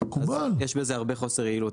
יש בזה הרבה חוסר יעילות.